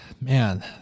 man